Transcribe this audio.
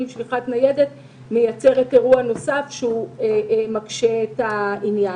שליחת ניידת מייצרת אירוע נוסף שמקשה על העניין.